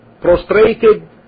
prostrated